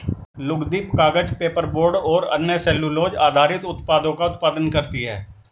लुगदी, कागज, पेपरबोर्ड और अन्य सेलूलोज़ आधारित उत्पादों का उत्पादन करती हैं